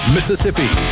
Mississippi